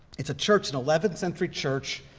it's a church, an eleventh century church,